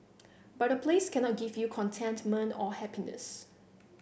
but a place cannot give you contentment or happiness